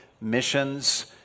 missions